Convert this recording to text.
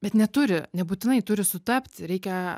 bet neturi nebūtinai turi sutapti reikia